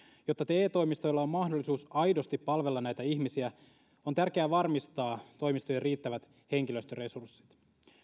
jotta te toimistoilla on mahdollisuus aidosti palvella näitä ihmisiä on tärkeää varmistaa toimistojen riittävät henkilöstöresurssit